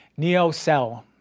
NeoCell